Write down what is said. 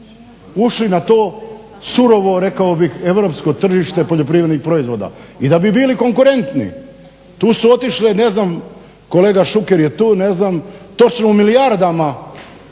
ušli na to surovo rekao bih europsko tržište poljoprivrednih proizvoda i da bi bili konkurentni. Tu su otišle ne znam kolega Šuker je tu, ne znam točno u milijardama